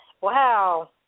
Wow